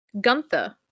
Gunther